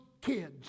kids